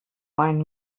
einen